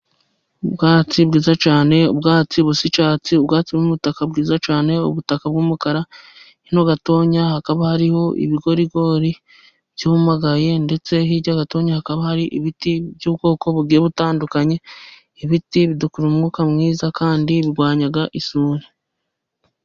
Ubwatsi bwiza cyane, ubwatsi busa icyatsi, ubwatsi biri mu butaka bwiza cyane, ubutaka bw'umukara, hino gatoya hakaba hariho ibigorigori byumagaye, ndetse hirya gatoya hakaba hari ibiti by'ubwoko bubiri butandukanye, ibiti bidukururira umwuka mwiza, kandi birwanya isuri.